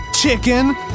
chicken